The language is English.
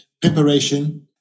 preparation